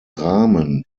rahmen